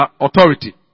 authority